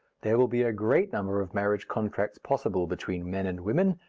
there will be a great number of marriage contracts possible between men and women,